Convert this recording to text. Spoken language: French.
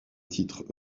titres